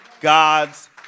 God's